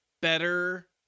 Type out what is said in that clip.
better